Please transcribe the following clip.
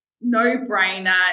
no-brainer